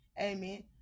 amen